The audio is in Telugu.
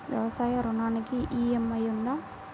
వ్యవసాయ ఋణానికి ఈ.ఎం.ఐ ఉందా?